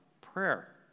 prayer